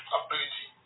ability